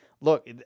look